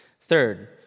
Third